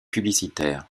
publicitaires